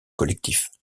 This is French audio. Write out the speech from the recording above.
collectifs